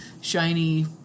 shiny